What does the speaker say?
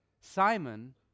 Simon